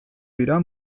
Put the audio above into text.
dira